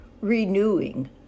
renewing